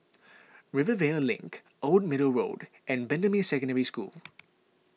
Rivervale Link Old Middle Road and Bendemeer Secondary School